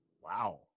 Wow